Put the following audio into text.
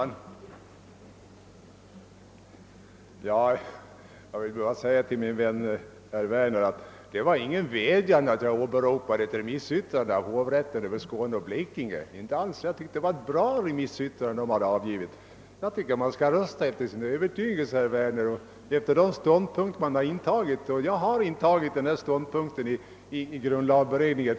Herr talman! Jag vill säga till min vän herr Werner att det var ingen vädjan när jag åberopade remissyttrandet från hovrätten över Skåne och Blekinge. Jag tyckte det var ett bra remissyttrande. Man skall rösta efter sin övertygelse och enligt de ståndpunkter man intagit. Och jag har intagit denna ståndpunkt i grundlagberedningen.